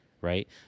right